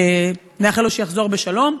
נאחל לו שיחזור בשלום,